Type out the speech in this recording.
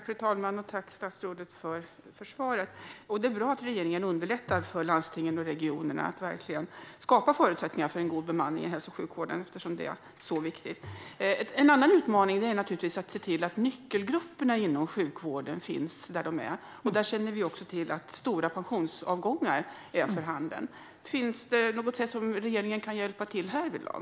Fru talman! Tack, statsrådet, för svaret! Det är bra att regeringen underlättar för landstingen och regionerna att verkligen skapa förutsättningar för en god bemanning i hälso och sjukvården. Det är viktigt. En annan utmaning är att se till att nyckelgrupperna inom sjukvården finns. Stora pensionsavgångar är för handen när det gäller dem. Finns det något sätt på vilket regeringen kan hjälpa till härvidlag?